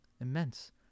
Immense